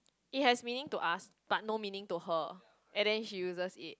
it has meaning to us but no meaning to her and then she uses it